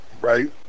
Right